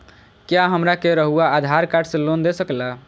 क्या हमरा के रहुआ आधार कार्ड से लोन दे सकेला?